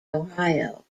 ohio